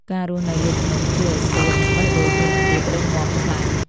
ការរស់នៅលើភ្នំជួយឱ្យសួត និងបេះដូងមានភាពរឹងមាំខ្លាំង។